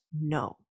No